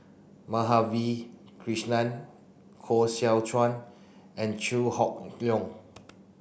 Madhavi Krishnan Koh Seow Chuan and Chew Hock Leong